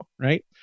Right